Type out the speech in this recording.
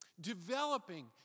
developing